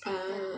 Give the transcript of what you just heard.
ah